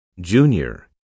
junior